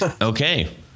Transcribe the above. okay